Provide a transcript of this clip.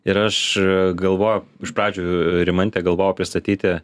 ir aš galvoju iš pradžių rimantę galvojau pristatyti